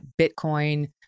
Bitcoin